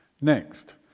Next